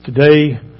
today